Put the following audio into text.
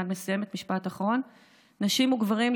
נשים וגברים,